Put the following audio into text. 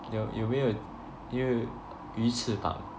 有有没有有鱼刺吧